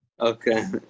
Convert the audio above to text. Okay